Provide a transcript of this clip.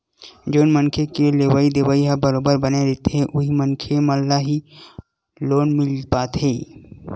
जउन मनखे के लेवइ देवइ ह बरोबर बने रहिथे उही मनखे मन ल ही लोन मिल पाथे